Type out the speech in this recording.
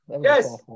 Yes